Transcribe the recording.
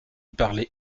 parlait